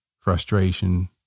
frustration